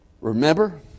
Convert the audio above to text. Remember